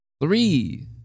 Three